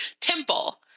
temple